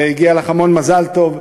והגיע לך המון מזל טוב.